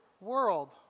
world